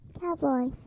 Cowboys